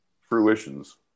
fruitions